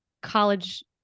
college